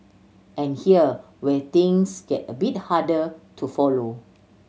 and here where things get a bit harder to follow